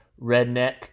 redneck